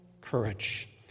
courage